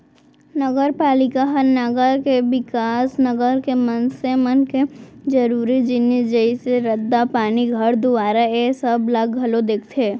नगरपालिका ह नगर के बिकास, नगर के मनसे मन के जरुरी जिनिस जइसे रद्दा, पानी, घर दुवारा ऐ सब ला घलौ देखथे